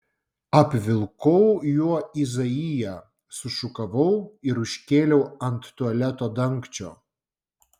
apvilkau juo izaiją sušukavau ir užkėliau ant tualeto dangčio